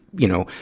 you know,